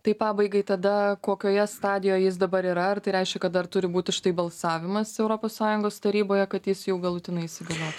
tai pabaigai tada kokioje stadijoj jis dabar yra ar tai reiškia kad dar turi būt už tai balsavimas europos sąjungos taryboje kad jis jau galutinai įsigaliotų